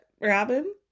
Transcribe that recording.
Robin